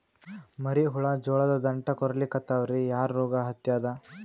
ಮರಿ ಹುಳ ಜೋಳದ ದಂಟ ಕೊರಿಲಿಕತ್ತಾವ ರೀ ಯಾ ರೋಗ ಹತ್ಯಾದ?